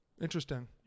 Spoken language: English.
Interesting